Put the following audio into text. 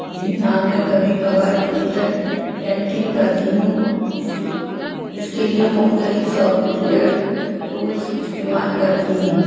جی ہاں میں کبھی کبھار ڈیجیٹل پینٹنگ کرتی ہوں اس اس کے لیے مختلف سافٹ ویئر ٹولس استعمال کرتی ہوں